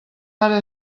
ara